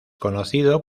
conocido